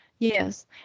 Yes